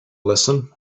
lesson